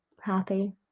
happy